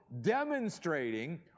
demonstrating